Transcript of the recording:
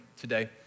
today